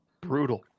Brutal